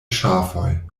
ŝafoj